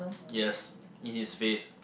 yes in his face